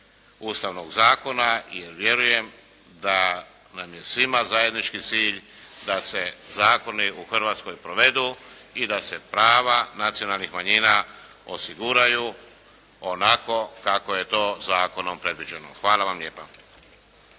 Ustavnog zakona, jer vjerujem da nam je svima zajednički cilj da se zakoni u Hrvatskoj provedu i da se prava nacionalnih manjina osiguraju onako kako je to zakonom predviđeno. Hvala vam lijepa.